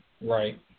Right